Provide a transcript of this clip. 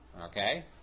Okay